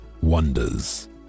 wonders